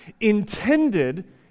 intended